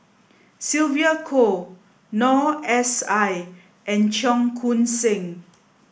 Sylvia Kho Noor S I and Cheong Koon Seng